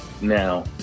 Now